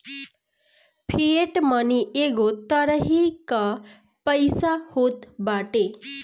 fiat money एगो तरही कअ पईसा होत बाटे